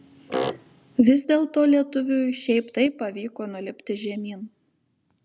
vis dėlto lietuviui šiaip taip pavyko nulipti žemyn